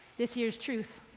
this here's truth,